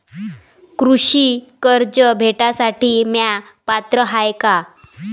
कृषी कर्ज भेटासाठी म्या पात्र हाय का?